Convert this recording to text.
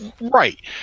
right